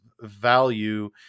value